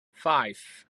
five